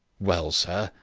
well, sir,